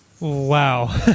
Wow